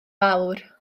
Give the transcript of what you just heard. fawr